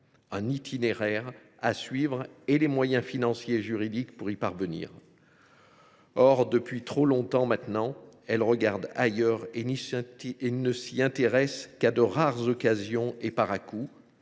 un itinéraire à suivre, et lui donne les moyens financiers et juridiques pour y parvenir. Or, depuis trop longtemps maintenant, elle regarde ailleurs et ne s’y intéresse qu’à de rares occasions et par à coups,